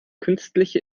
künstliche